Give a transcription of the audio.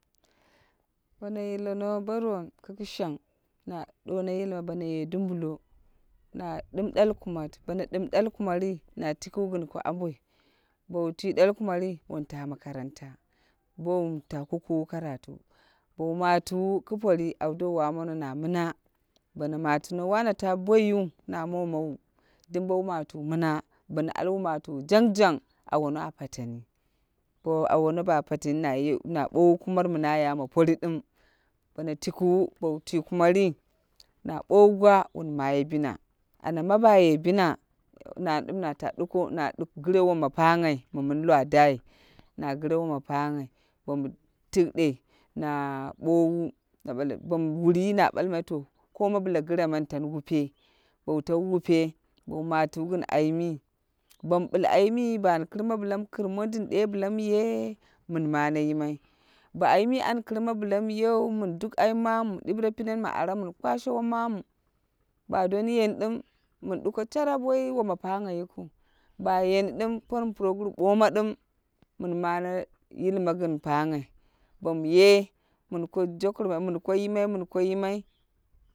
Bono yileno bo non kɨ kɨshang na ɗuwo no yilma bono ye dumbulo na ɗim dwal kumat bono ɗɨm ɗwal kumatti na tikiwu gin ko amboi. Bon twi dwal kumai wun ta makaranta boi wun kukuwu karatu. Bou matuwu kɨ pori au do wamono na mɨna bono matino wa na ta boyi na momawa dum bowu matiwu muna bono alwuni wa matiwu jangjang a wono a pateni, bo awono ba pateni na bowu kumat mi na ya ma pori dum bo no tikiwu bow twi kumari na bowu gwa wun maye buna. Ana ma ba maye bina na dim na ta duko na gire woma pangha mi min iwa dai na gire woma panghai bomu tikɗe na ɓowu bomu wuri na ɓalmai to koma bɨla gɨre man tan wupe bow tau wupe bau matiwo gin ayimi bom bil ayimi ban kɨrma bila kɨr mondin de bila mi ye min mane yimai, ba ayimi wan kirma bila mi yew min duk ayim mamu min dire pinen ma ara min kwashe womamu ba don yeni dim min duko sharap woi woma pangha yikwui. Ba yeri dim por mi puroguru boma dim man mane yilma gin panghai. Bom ye mun ko johurmai mun ko yimai mun ko yimai.